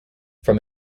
from